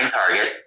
target